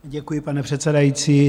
Děkuji, pane předsedající.